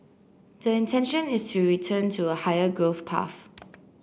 the intention is to return to a higher growth path